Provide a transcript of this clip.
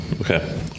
Okay